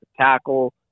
tackle